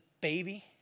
baby